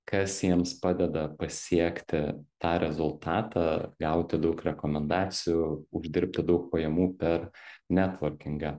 kas jiems padeda pasiekti tą rezultatą gauti daug rekomendacijų uždirbti daug pajamų per netvorkingą